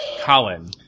Colin